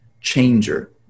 changer